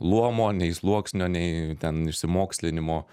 luomo nei sluoksnio nei ten išsimokslinimo